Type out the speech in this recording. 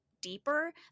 deeper